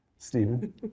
Stephen